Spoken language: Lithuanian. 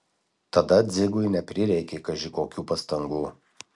tada dzigui neprireikė kaži kokių pastangų